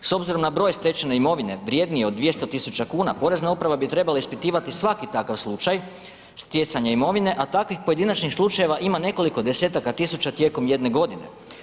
S obzirom na broj stečene imovine vrjednije od 200 000 kuna, Porezna uprava bi trebala ispitivati svaki takav slučaj stjecanja imovine a takvih pojedinačnih slučajeva ima nekoliko desetaka tisuća tijekom jedne godine.